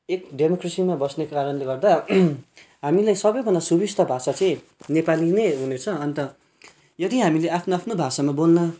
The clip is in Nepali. एक डेमोक्रेसीमा बस्ने कारणले गर्दा हामीलाई सबैभन्दा सुविस्ता भाषा चाहिँ नेपाली नै हुनेछ अन्त यदि हामीले आफ्नो आफ्नो भाषामा बोल्न